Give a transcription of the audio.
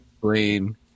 clean